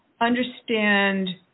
understand